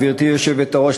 גברתי היושבת-ראש,